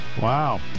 Wow